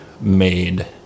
made